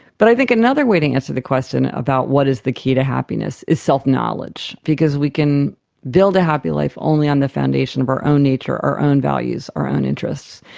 but i think another way to answer the question about what is the key to happiness is self-knowledge, because we can build a happy life only on the foundation of our own nature, our own values, our own interests.